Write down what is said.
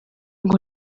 ngo